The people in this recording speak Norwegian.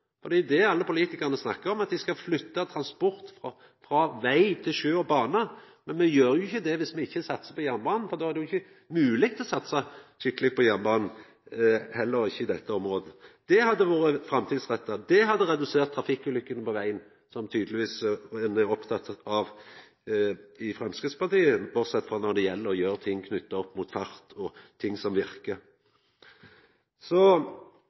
jernbane. Det er jo det alle politikarane snakkar om, at me skal flytta transport frå veg til sjø og bane, men me gjer jo ikkje det dersom me ikkje satsar på jernbanen. Då er det jo heller ikkje i dette området mogleg å satsa skikkeleg på jernbanen. Det hadde vore framtidsretta, det hadde redusert trafikkulykkene på vegane, som ein tydelegvis er opptatt av i Framstegspartiet, bortsett frå når det gjeld å gjera ting knytt opp mot fart og ting som verkar.